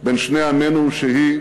בין שני העמים, שהיא,